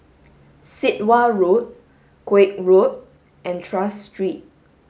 Sit Wah Road Koek Road and Tras Street